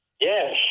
yes